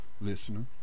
listener